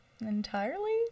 entirely